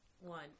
one